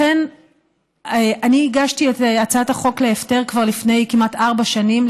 לכן אני הגשתי את הצעת החוק להפטר כבר לפני כמעט ארבע שנים.